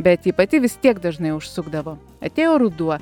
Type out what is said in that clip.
bet ji pati vis tiek dažnai užsukdavo atėjo ruduo